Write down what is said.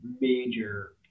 major